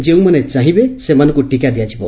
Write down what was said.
ଯେଉଁମାନେ ଚାହିବେ ସେଇମାନଙ୍କୁ ଟିକା ଦିଆଯିବ